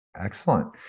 Excellent